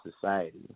society